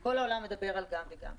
כל העולם מדבר על גם וגם.